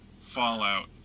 Fallout